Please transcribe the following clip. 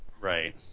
Right